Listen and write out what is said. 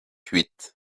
huit